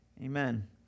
Amen